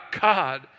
God